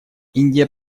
индия